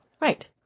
Right